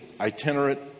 itinerant